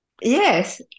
Yes